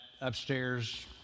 upstairs